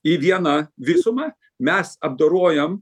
į vieną visumą mes apdorojam